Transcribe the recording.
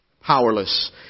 powerless